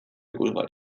ikusgai